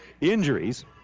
injuries